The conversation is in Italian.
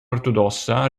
ortodossa